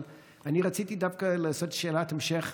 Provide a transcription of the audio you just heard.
אבל אני רציתי דווקא לעשות שאלת המשך,